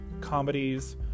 comedies